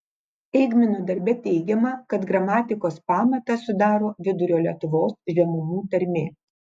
eigmino darbe teigiama kad gramatikos pamatą sudaro vidurio lietuvos žemumų tarmė